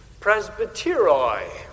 Presbyteroi